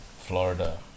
Florida